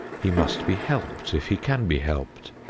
he must be helped if he can be helped.